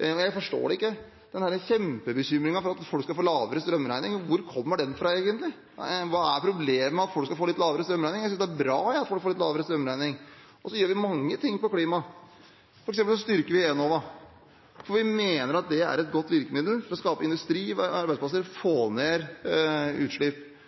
Jeg forstår ikke denne kjempebekymringen for at folk skal få lavere strømregning. Hvor kommer den fra, egentlig? Hva er problemet med at folk skal få litt lavere strømregning? Jeg syns det er bra at folk får litt lavere strømregning. Vi gjør mange ting på klima. For eksempel styrker vi Enova, for vi mener det er et godt virkemiddel for å skape industri, arbeidsplasser og få ned utslipp.